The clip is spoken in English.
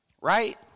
right